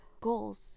goals